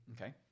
Okay